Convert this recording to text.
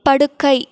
படுக்கை